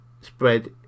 spread